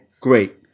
great